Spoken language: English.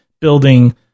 building